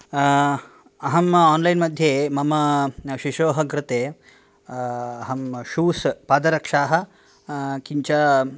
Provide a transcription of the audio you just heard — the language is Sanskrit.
अहं आन्लैन् मध्ये मम शिशोः कृते अहं शूस् पादरक्षाः किञ्च